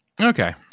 Okay